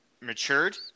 matured